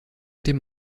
dem